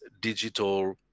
digital